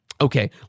Okay